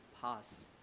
pass